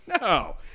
No